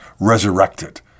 resurrected